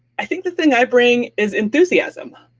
i think the thing i bring is enthusiasm.